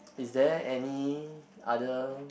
is there any other